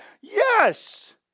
Yes